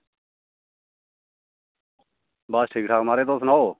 बस ठीक ठाक महाराज तुस सनाऔ